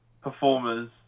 performers